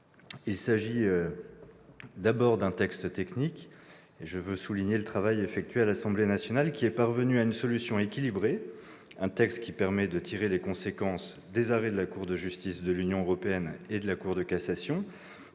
Il s'agit, d'abord, d'un texte technique. Je veux souligner le travail effectué par l'Assemblée nationale, qui est parvenue à une solution équilibrée. Ce texte, en effet, permet de tirer les conséquences des arrêts de la Cour de justice de l'Union européenne et de la Cour de cassation,